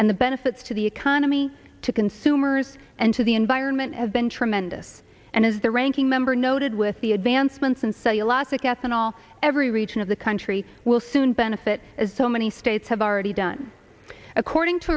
and the benefits to the economy to consumers and to the environment have been tremendous and as the ranking member noted with the advancements and study elastic ethanol every region of the country will soon benefit as so many states have already done according to